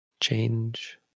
change